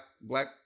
black